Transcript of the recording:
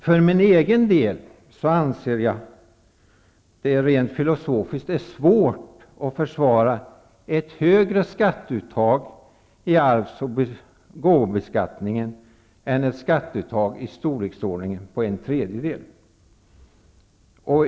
För min egen del anser jag att det rent filosofiskt är svårt att försvara ett högre skatteuttag i arvs och gåvobeskattningen än ett skatteuttag i storleksordningen en tredjedel.